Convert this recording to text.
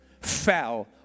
fell